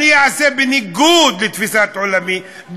אעשה בניגוד לתפיסת עולמי,